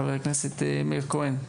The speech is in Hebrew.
חבר הכנסת מאיר כהן,